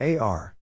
AR